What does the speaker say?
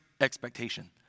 expectation